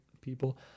people